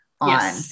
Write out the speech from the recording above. on